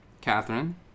Catherine